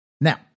Now